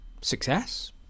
success